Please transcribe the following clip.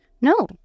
no